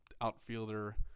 outfielder